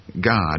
God